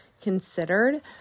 considered